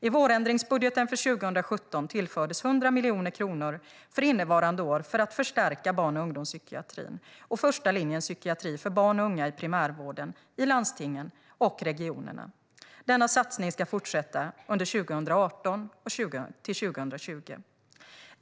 I vårändringsbudgeten för 2017 tillfördes 100 miljoner kronor för innevarande år för att förstärka barn och ungdomspsykiatrin och första linjens psykiatri för barn och unga i primärvården i landstingen och regionerna. Denna satsning ska fortsätta under 2018-2020.